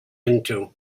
into